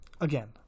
Again